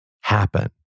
happen